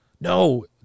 No